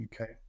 Okay